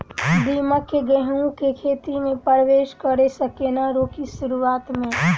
दीमक केँ गेंहूँ केँ खेती मे परवेश करै सँ केना रोकि शुरुआत में?